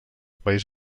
país